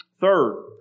Third